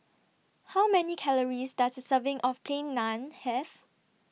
How Many Calories Does A Serving of Plain Naan Have